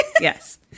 Yes